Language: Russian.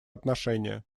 отношения